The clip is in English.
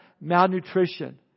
malnutrition